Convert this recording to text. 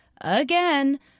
again